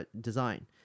design